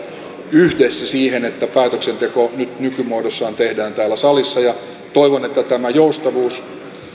yhdessä siihen että päätöksenteko nykymuodossaan tehdään täällä salissa ja toivon että tämä joustavuus